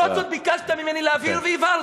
למרות זאת, ביקשת ממני להבהיר, והבהרתי.